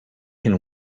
can